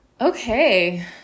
Okay